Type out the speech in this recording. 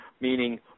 meaning